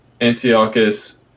Antiochus